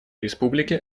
республики